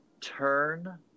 turn